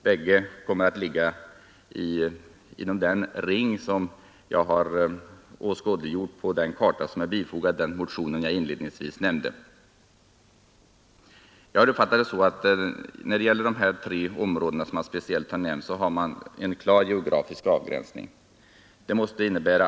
Bägge kommer att ligga inom den ring som jag har åskådliggjort på den karta som är bifogad den motion jag inledningsvis nämnde. När det gäller dessa tre områden som jag speciellt har nämnt har man en klar geografisk avgränsning.